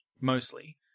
mostly